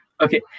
Okay